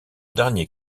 dernier